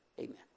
Amen